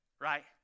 right